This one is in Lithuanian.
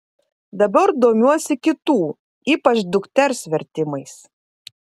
dabar domiuosi kitų ypač dukters vertimais